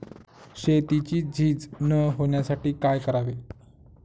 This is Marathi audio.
शेतीची झीज न होण्यासाठी काय करावे?